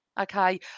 okay